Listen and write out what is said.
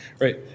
Right